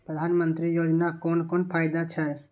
प्रधानमंत्री योजना कोन कोन फायदा छै?